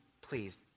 please